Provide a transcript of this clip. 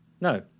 No